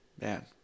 man